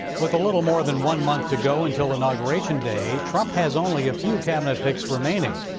with a little more than one month to go until inauguration day, trump has only a few cabinet picks remaining.